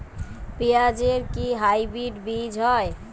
পেঁয়াজ এর কি হাইব্রিড বীজ হয়?